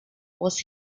was